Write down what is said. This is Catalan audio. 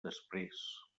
després